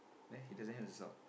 there he doesn't have the sock